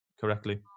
correctly